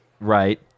right